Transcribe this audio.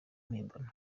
mpimbano